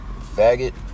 Faggot